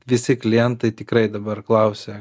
visi klientai tikrai dabar klausia